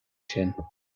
sin